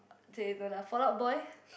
!chey! no lah Fallout-Boy